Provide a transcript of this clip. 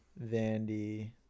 Vandy